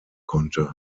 konnte